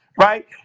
right